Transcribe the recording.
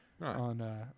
on